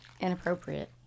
inappropriate